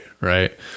Right